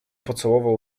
pocałował